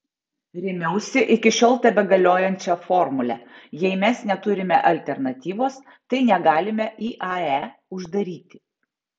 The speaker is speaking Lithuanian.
rėmiausi iki šiol tebegaliojančia formule jei mes neturime alternatyvos tai negalime iae uždaryti